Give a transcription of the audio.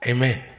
Amen